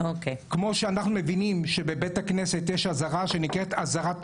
כמו שאנחנו מבינים שבבית הכנסת יש עזרה שנקראת עזרת נשים,